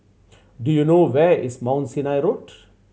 do you know where is Mount Sinai Road